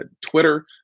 Twitter